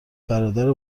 برادر